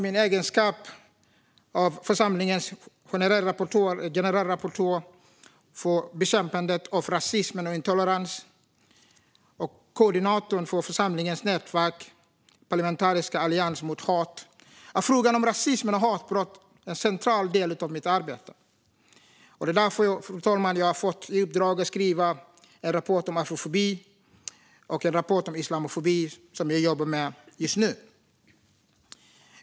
I min egenskap av församlingens generalrapportör för bekämpande av rasism och intolerans och koordinator för församlingens nätverk Parlamentarisk allians mot hat är frågan om rasism och hatbrott en central del av mitt arbete. Det är därför jag, fru talman, har fått i uppdrag att skriva en rapport om afrofobi och en rapport om islamofobi, som jag jobbar med just nu.